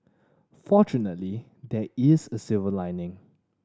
fortunately there is a silver lining